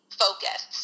focus